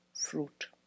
fruit